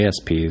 ASPs